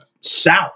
south